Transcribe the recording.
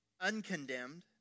uncondemned